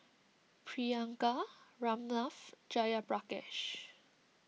Priyanka Ramnath Jayaprakash